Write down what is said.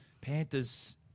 Panthers